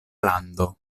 lando